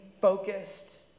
focused